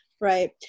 right